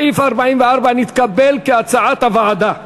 סעיף 44 נתקבל כהצעת הוועדה.